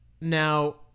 Now